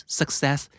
success